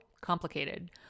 complicated